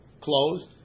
closed